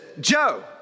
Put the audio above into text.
Joe